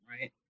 right